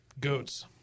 goats